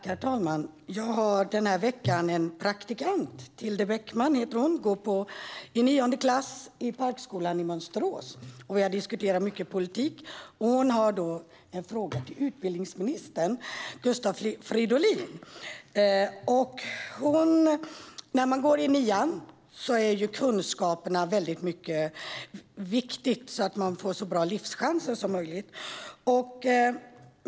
Herr talman! Jag har den här veckan en praktikant. Tilde Bäckman heter hon och går i nionde klass på Parkskolan i Mönsterås. Vi har diskuterat mycket politik, och hon har en fråga till utbildningsminister Gustav Fridolin. När man går i nian är ju kunskaperna väldigt viktiga så att man får så bra livschanser som möjligt.